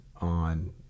on